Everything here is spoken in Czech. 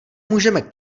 můžeme